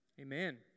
Amen